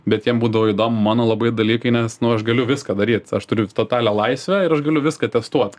bet jiem būdavo įdomu mano labai dalykai nes nu aš galiu viską daryt aš turiu totalią laisvę ir aš galiu viską testuot